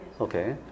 okay